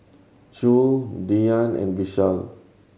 Choor Dhyan and Vishal